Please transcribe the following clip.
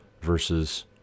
versus